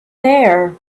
there